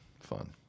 fun